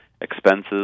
expenses